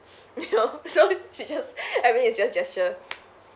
you know so she just everything is just gesture